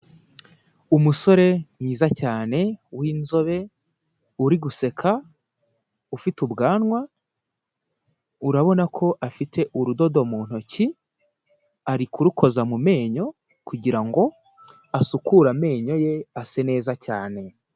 Umusore mwiza cyane w'inzobe, uri guseka, ufite ubwanwa, urabona ko afite urudodo mu ntoki, ari kurukoza mu menyo kugira ngo asukure amenyo ye asa neza cyane.